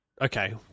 okay